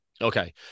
Okay